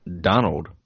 Donald